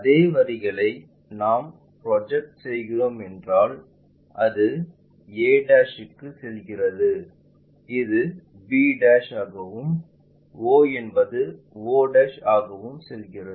அதே வரிகளை நாம் ப்ரொஜெக்ட் செய்கிறோம் என்றால் அது a க்கு செல்கிறது இது b ஆகவும் o என்பது o ஆகவும் செல்கிறது